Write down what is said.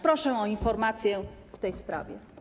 Proszę o informację w tej sprawie.